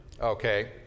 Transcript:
Okay